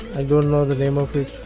i don't know the name of it